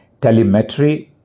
telemetry